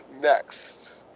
next